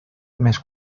més